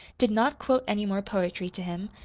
did not quote any more poetry to him,